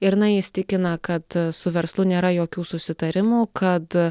ir na jis tikina kad su verslu nėra jokių susitarimų kad